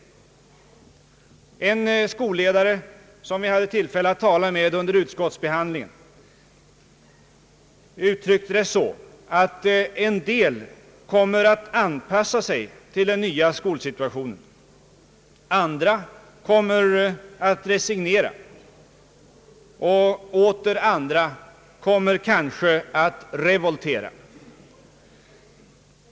En skolledare, som vi hade tillfälle att tala med under utskottsbehandlingen, uttryckte det så, att en del kommer att anpassa sig till den nya skolsituationen, medan andra kommer att resignera och andra åter kanske kommer att revoltera.